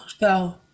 go